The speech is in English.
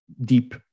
deep